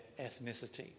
ethnicity